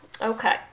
Okay